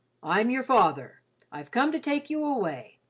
i'm your father i've come to take you away.